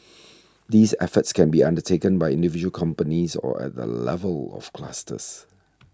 these efforts can be undertaken by individual companies or at the level of clusters